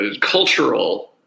cultural